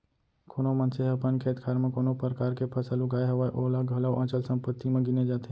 कोनो मनसे ह अपन खेत खार म कोनो परकार के फसल उगाय हवय ओला घलौ अचल संपत्ति म गिने जाथे